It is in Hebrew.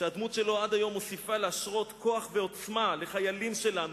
שהדמות שלו עד היום מוסיפה להשרות כוח ועוצמה על החיילים שלנו,